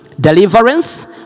deliverance